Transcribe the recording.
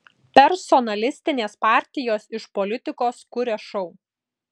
personalistinės partijos iš politikos kuria šou